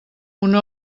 una